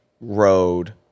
road